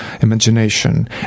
imagination